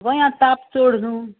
गोंया ताप चोड नू